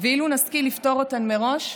ואם נשכיל לפתור אותן מראש,